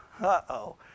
Uh-oh